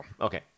Okay